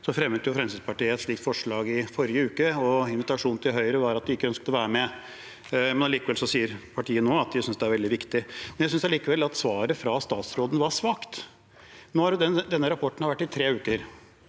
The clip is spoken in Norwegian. fremmet Fremskrittspartiet et slikt forslag i forrige uke. Posisjonen til Høyre var at de ikke ønsket å være med, men likevel sier partiet nå at de synes det er veldig viktig. Jeg synes likevel at svaret fra statsråden var svakt. Nå har denne rapporten vært her i tre uker.